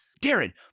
Darren